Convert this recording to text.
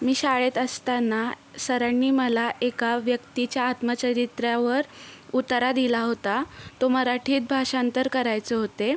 मी शाळेत असताना सरांनी मला एका व्यक्तीच्या आत्मचरित्रावर उतारा दिला होता तो मराठीत भाषांतर करायचं होते